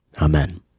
Amen